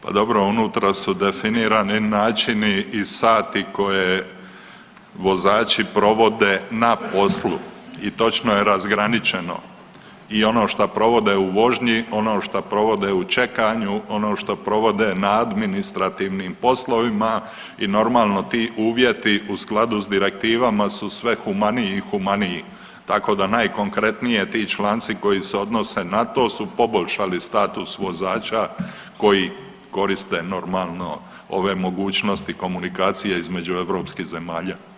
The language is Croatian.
Pa dobro, unutra su definirani načini i sati koje vozači provode na poslu i točno je razgraničeno i ono šta provode u vožnji, ono što provode u čekanju, ono što provode na administrativnim poslovima i normalno, ti uvjeti u skladu s direktivama su sve humaniji i humaniji, tako da najkonkretnije, ti članci koji se odnose na to su poboljšali status vozača koji koriste, normalno, ove mogućnosti komunikacije između europskih zemalja.